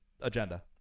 agenda